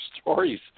stories